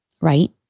right